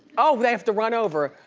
oh, they have to run over.